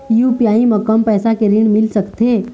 UPI म कम पैसा के ऋण मिल सकथे?